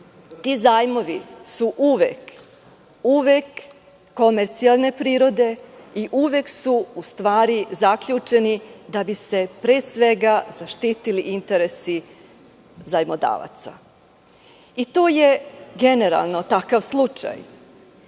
zajmovi su uvek komercijalne prirode i uvek su u stvari zaključeni da bi se pre svega zaštitili interesi zajmodavaca. To je generalno takav slučaj. Kod